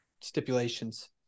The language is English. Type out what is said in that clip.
stipulations